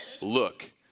look